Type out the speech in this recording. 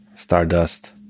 Stardust